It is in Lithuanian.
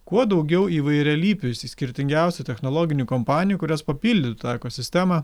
kuo daugiau įvairialypių išsiskirtingiausių technologinių kompanijų kurios papildytų ekosistemą